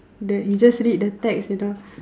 the you just read the text enough